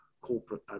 corporate